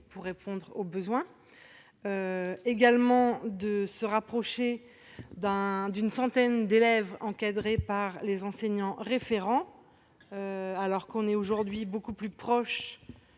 pour répondre aux besoins également de se rapprocher d'un d'une centaine d'élèves, encadrés par les enseignants référents alors qu'on est aujourd'hui beaucoup plus proche